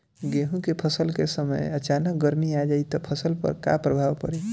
गेहुँ के फसल के समय अचानक गर्मी आ जाई त फसल पर का प्रभाव पड़ी?